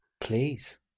Please